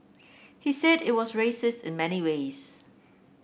he said it was racist in many ways